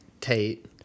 Tate